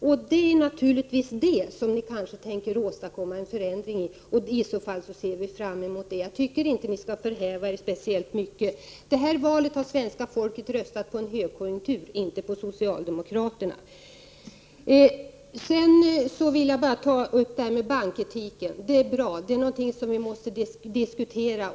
Men det är kanske där ni tänker åstadkomma en förändring, och i så fall ser vi fram emot det. Jag tycker inte ni skall förhäva er speciellt mycket. I det här valet har det svenska folket röstat på en högkonjunktur, inte på socialdemokraterna. Sedan vill jag ta upp frågan om banketiken, för det är någonting som vi måste diskutera.